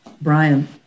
Brian